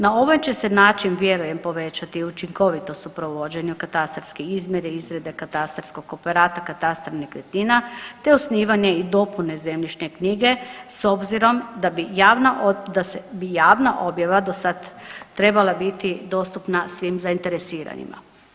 Na ovaj će se način, vjerujem, povećati učinkovitost u provođenju katastarske izmjere i izrade katastarskog operata, katastra nekretnina te osnivanje i dopune zemljišne knjige s obzirom da bi javna, da se bi javna objava do sad trebala biti dostupna svim zainteresiranima.